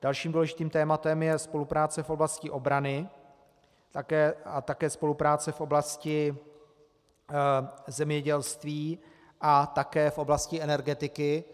Dalším důležitým tématem je spolupráce v oblasti obrany a také spolupráce v oblasti zemědělství a také v oblasti energetiky.